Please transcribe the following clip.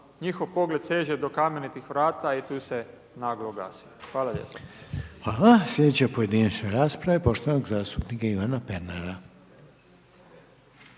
njihov pogled seže do kamenitih vrata i tu se naglo glasi. Hvala lijepo. **Reiner, Željko (HDZ)** Hvala. Sljedeća pojedinačna rasprava je poštovanog zastupnika Ivana Pernara.